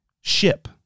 Ship